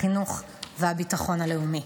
החינוך והביטחון הלאומי.